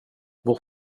vår